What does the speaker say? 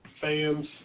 fans